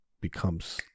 becomes